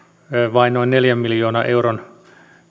vain noin neljän miljoonan euron